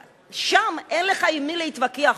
שם אין לך עם מי להתווכח.